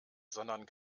sondern